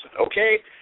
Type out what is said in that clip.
okay